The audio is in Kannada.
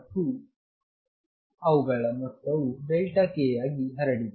ಮತ್ತು ಅವರ ಮೊತ್ತವು k ಯಾಗಿ ಹರಡಿದೆ